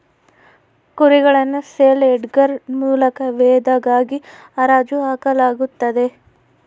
ಕುರಿಗಳನ್ನು ಸೇಲ್ ಯಾರ್ಡ್ಗಳ ಮೂಲಕ ವಧೆಗಾಗಿ ಹರಾಜು ಹಾಕಲಾಗುತ್ತದೆ